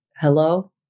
hello